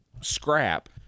scrap